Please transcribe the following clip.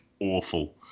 awful